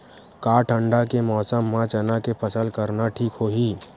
का ठंडा के मौसम म चना के फसल करना ठीक होही?